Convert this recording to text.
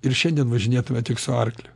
ir šiandien važinėtume tik su arkliu